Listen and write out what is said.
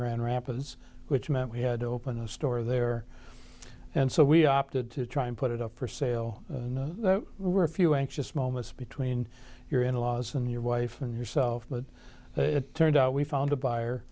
grand rapids which meant we had to open a store there and so we opted to try and put it up for sale and we were a few anxious moments between your in laws and your wife and yourself but it turned out we found a buyer